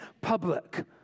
public